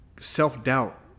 self-doubt